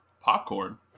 Popcorn